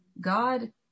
God